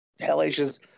hellacious